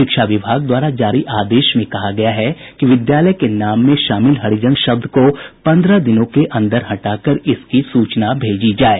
शिक्षा विभाग द्वारा जारी आदेश में कहा गया है कि विद्यालय के नाम में शामिल हरिजन शब्द को पन्द्रह दिनों के अन्दर हटा कर इसकी सूचना भेजी जाये